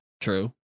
True